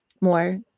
more